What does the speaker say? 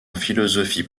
philosophie